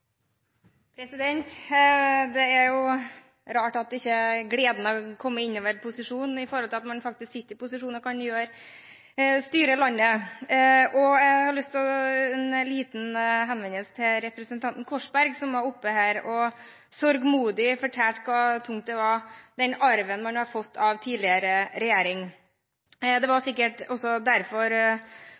jo rart at ikke gleden har kommet til dem som er i posisjon. Man sitter jo faktisk i posisjon og kan styre landet. Jeg har lyst til å gjøre en liten henvendelse til representanten Korsberg, som sørgmodig fortalte her hvor tung den arven var man som har fått av tidligere regjering. Det var sikkert også derfor